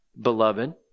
beloved